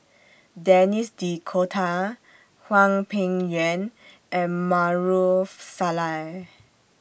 Denis D'Cotta Hwang Peng Yuan and Maarof Salleh